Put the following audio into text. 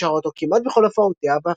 ששרה אותו כמעט בכל הופעותיה,